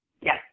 Yes